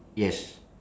yes